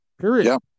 period